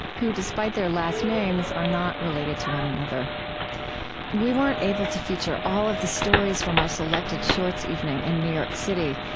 who despite their last names, are not related to one another we weren't able to feature all of the stories from our selected shorts evening in new york city,